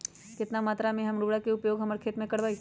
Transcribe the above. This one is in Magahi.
कितना मात्रा में हम उर्वरक के उपयोग हमर खेत में करबई?